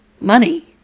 Money